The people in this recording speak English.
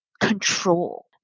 control